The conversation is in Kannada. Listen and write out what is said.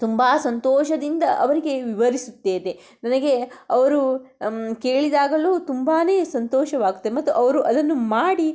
ತುಂಬ ಸಂತೋಷದಿಂದ ಅವರಿಗೆ ವಿವರಿಸುತ್ತೇನೆ ನನಗೆ ಅವರು ಕೇಳಿದಾಗಲೂ ತುಂಬಾ ಸಂತೋಷವಾಗತ್ತೆ ಮತ್ತು ಅವರು ಅದನ್ನು ಮಾಡಿ